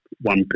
one